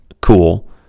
cool